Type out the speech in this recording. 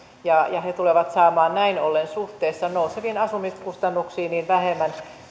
he tulevat saamaan näin ollen suhteessa nouseviin asumiskustannuksiin vähemmän